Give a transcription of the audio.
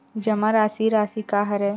जमा राशि राशि का हरय?